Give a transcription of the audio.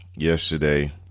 yesterday